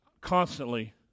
constantly